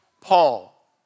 Paul